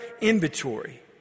inventory